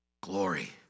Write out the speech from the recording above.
glory